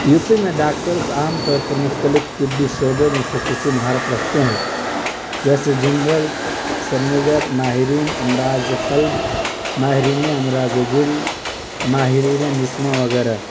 you P میں doctors عام طور پر مختلف طِبّی شعبوں میں خصوصی مہارت رکھتے ہیں جیسے جنرل سرنیجر ماہرین امراضِ قلب ماہرین امراض جلد ماہرینِ نسواں وغیرہ